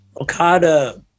okada